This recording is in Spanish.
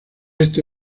este